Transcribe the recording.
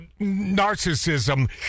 narcissism